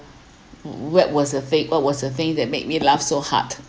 what was the thing what was the thing that make me laugh so hard